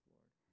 Lord